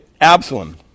Absalom